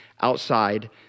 outside